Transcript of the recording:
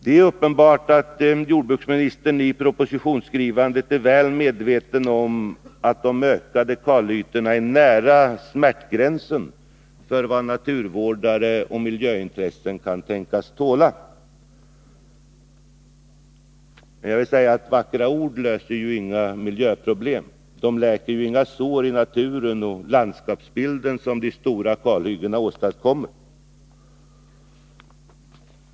Det är uppenbart att jordbruksministern i propositionsskrivandet är väl medveten om att de ökade kalytorna ligger nära smärtgränsen för naturvårdarna och miljöintressena. Men jag vill säga att vackra ord inte löser några miljöproblem; de läker inte de sår i naturen och landskapsbilden som de stora kalhyggena åstadkommer.